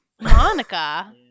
Monica